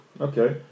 Okay